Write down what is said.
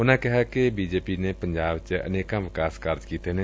ਉਨਾਂ ਕਿਹਾ ਕਿ ਬੀਜੇਪੀ ਨੇ ਪੰਜਾਬ ਵਿਚ ਅਨੇਕਾ ਵਿਕਾਸ ਕਾਰਜ ਕੀਤੇ ਨੇ